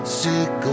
sick